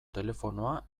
telefonoa